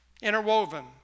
interwoven